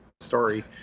story